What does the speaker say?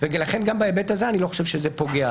לכן גם בהיבט הזה אני לא חושב שזה פוגע.